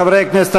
חברי הכנסת,